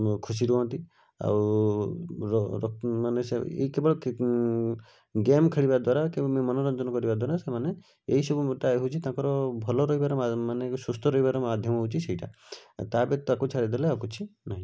ଖୁସି ରୁହନ୍ତି ଆଉ ମାନେ ସେ ଏଇ କେବଳ କ୍ରିକ ଗେମ୍ ଖେଳିବା ଦ୍ଵାରା କି ମନୋରଞ୍ଜନ କରିବା ଦ୍ଵାରା ସେମାନେ ଏହିସବୁ ମୁତାବକ ହେଉଛି ତାଙ୍କର ଭଲ ରହିବାର ମାନେ ସୁସ୍ଥ ରହିବାର ମାଧ୍ୟମ ହେଉଛି ସେଇଟା ଆଉ ତା' ବ୍ୟତୀତ ତାକୁ ଛାଡ଼ିଦେଲେ ଆଉ କିଛି ନାହିଁ